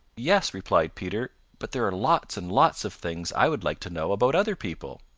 yes, replied peter, but there are lots and lots of things i would like to know about other people.